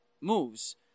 moves